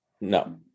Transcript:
no